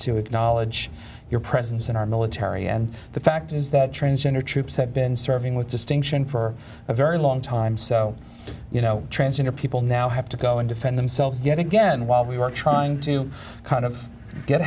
to acknowledge your presence in our military and the fact is that transgender troops have been serving with distinction for a very long time so you know transgender people now have to go and defend themselves yet again while we were trying to kind of get